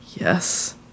Yes